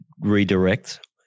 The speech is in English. redirect